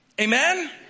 Amen